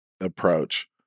approach